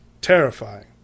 Terrifying